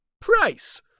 price